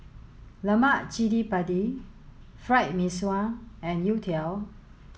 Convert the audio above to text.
Lemak Cili Padi Fried Mee Sua and Youtiao